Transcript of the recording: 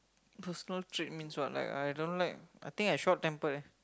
personal trait means what like I don't like I think I short tempered